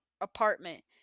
apartment